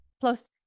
Plus